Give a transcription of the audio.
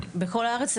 בכל הארץ?